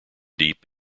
deep